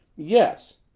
yes.